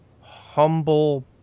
humble